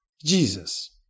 Jesus